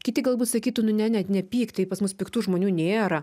kiti galbūt sakytų nu ne net nepyk tai pas mus piktų žmonių nėra